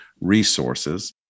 resources